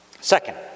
Second